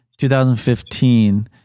2015